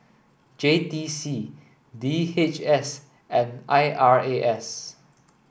J T C D H S and I R A S